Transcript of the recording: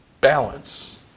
balance